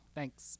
Thanks